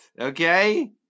okay